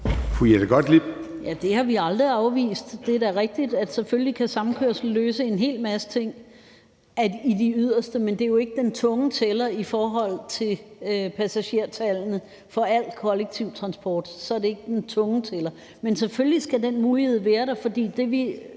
Ja, det har vi aldrig afvist. Det er da selvfølgelig rigtigt, at samkørsel kan løse en hel masse ting i yderområderne, men det er jo ikke den tunge tæller i forhold til passagertallene for al kollektiv transport. Men selvfølgelig skal den mulighed være der, for det, vi